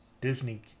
Disney